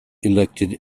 elected